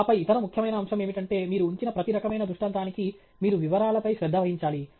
ఆపై ఇతర ముఖ్యమైన అంశం ఏమిటంటే మీరు ఉంచిన ప్రతి రకమైన దృష్టాంతానికి మీరు వివరాలపై శ్రద్ధ వహించాలి